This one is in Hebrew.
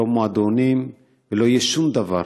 לא מועדונים ולא יהיה שום דבר.